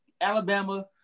Alabama